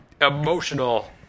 emotional